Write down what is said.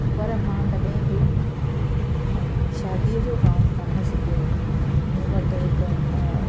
पर मां कॾहिं बि शादीअ जो गाउन कोन सिबियो हुओ मूं वटि हिकु